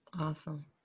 awesome